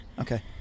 Okay